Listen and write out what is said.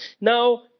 Now